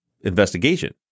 investigation